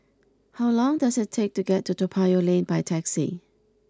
how long does it take to get to Toa Payoh Lane by taxi